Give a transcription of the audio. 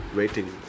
waiting